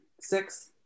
Six